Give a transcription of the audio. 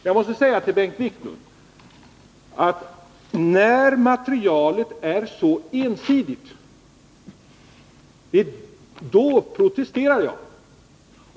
Jag måste säga till Bengt Wiklund att när materialet är så ensidigt som det är, då protesterar jag.